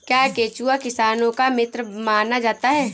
क्या केंचुआ किसानों का मित्र माना जाता है?